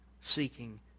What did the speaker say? seeking